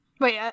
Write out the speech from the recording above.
Wait